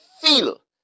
feel